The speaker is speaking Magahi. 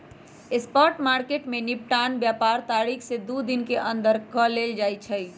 स्पॉट मार्केट में निपटान व्यापार तारीख से दू दिन के अंदर कऽ लेल जाइ छइ